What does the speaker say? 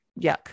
yuck